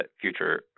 future